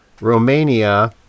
Romania